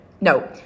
no